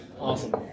Awesome